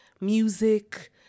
music